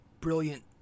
brilliant